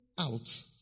out